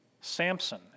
Samson